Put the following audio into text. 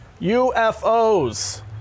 UFOs